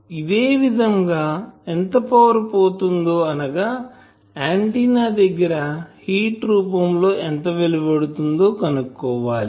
ఇదేవిధంగా ఎంత పవర్ పోతుందో అనగా ఆంటిన్నా దగ్గర హీట్ రూపం లో ఎంత వెలువడుతుందో కనుక్కోవాలి